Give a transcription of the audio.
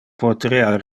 poterea